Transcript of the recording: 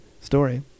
story